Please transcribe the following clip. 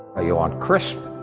ah you want crisp,